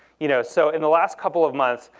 you know so in the last couple of months,